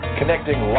connecting